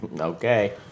Okay